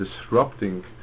disrupting